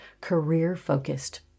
career-focused